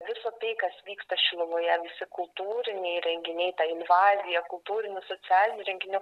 visa tai kas vyksta šiluvoje visi kultūriniai renginiai ta invazija kultūrinių socialinių renginių